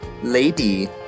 Lady